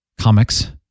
comics